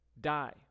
die